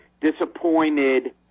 disappointed